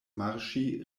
marŝi